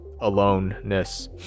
aloneness